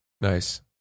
Nice